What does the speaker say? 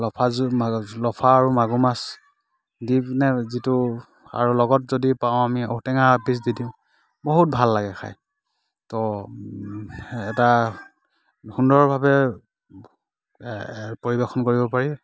লফা জু মা লফা আৰু মাগুৰ মাছ দি পিনে যিটো আৰু লগত যদি পাওঁ আমি ঔটেঙা একপিচ দি দিওঁ বহুত ভাল লাগে খায় ত' এটা সুন্দৰভাৱে পৰিৱেশন কৰিব পাৰি